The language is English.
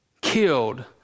killed